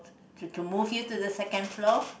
to to move you to the second floor